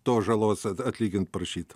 tos žalos atlygint prašyt